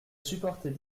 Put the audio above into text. supportait